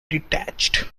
detached